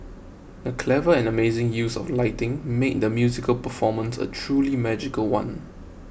the clever and amazing use of lighting made the musical performance a truly magical one